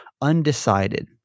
undecided